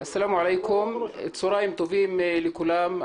אסלאמו עליכום, צוהרים טובים לכולם.